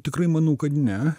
tikrai manau kad ne